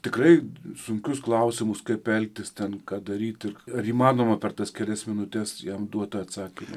tikrai sunkius klausimus kaip elgtis ten ką daryt ir ar įmanoma per tas kelias minutes jam duot tą atsakymą